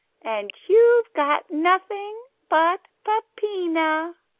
and you've got nothing but peppina.